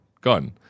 Gone